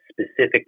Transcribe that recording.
specific